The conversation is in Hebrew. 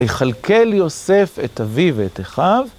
יכלכל יוסף את אבי ואת אחיו